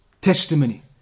testimony